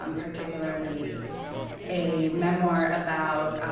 um particularly a memoir about